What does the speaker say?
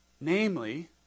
namely